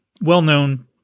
well-known